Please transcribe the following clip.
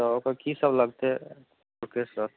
तऽ ओकर की सब लगतइ रिक्वेस्ट सर